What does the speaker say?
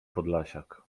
podlasiak